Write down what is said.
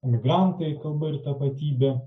migrantai kalba ir tapatybė